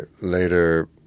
later